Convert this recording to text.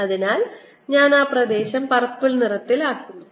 അതിനാൽ ഞാൻ ആ പ്രദേശം പർപ്പിൾ നിറത്തിൽ ആക്കുകയാണ്